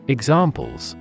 Examples